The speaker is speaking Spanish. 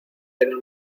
pero